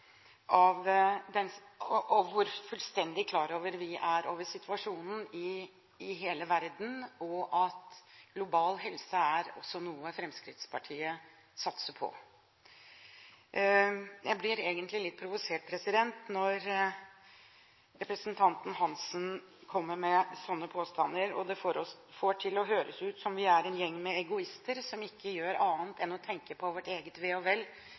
hvor fullstendig klar vi er over situasjonen i hele verden, og at global helse også er noe Fremskrittspartiet satser på. Jeg blir egentlig litt provosert når representanten Hansen kommer med sånne påstander. Han får det til å høres ut som om vi er en gjeng med egoister, som ikke gjør annet enn å tenke på vårt eget ve og vel,